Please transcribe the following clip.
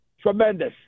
tremendous